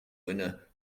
winner